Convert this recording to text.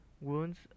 wounds